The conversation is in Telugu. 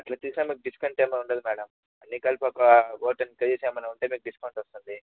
అట్లా తీసిన మీకు డిస్కౌంట్ ఏమి ఉండదు మేడం అన్నీ కలిపి ఒక అబూవ్ టెన్ కేజీస్ ఏమైనా ఉంటె మీకు డిస్కౌంట్ వస్తుంది